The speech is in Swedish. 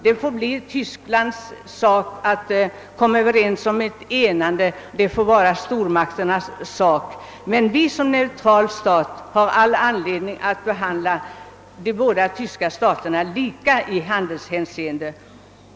Det får bli de tyska staternas eller stormakternas sak att komma överens om ett enande. Men vi har som neutral stat all anledning att behandla de båda tyska staterna lika i handelshänseende.